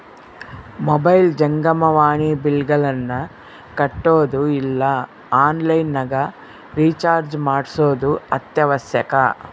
mobile ಜಂಗಮವಾಣಿ ಬಿಲ್ಲ್ಗಳನ್ನ ಕಟ್ಟೊದು ಇಲ್ಲ ಆನ್ಲೈನ್ ನಗ ರಿಚಾರ್ಜ್ ಮಾಡ್ಸೊದು ಅತ್ಯವಶ್ಯಕ